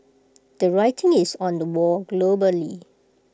the writing is on the wall globally